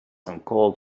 uncalled